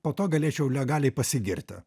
po to galėčiau legaliai pasigirti